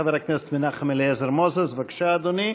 חבר הכנסת מנחם אליעזר מוזס, בבקשה, אדוני.